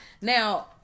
Now